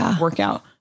workout